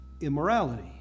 immorality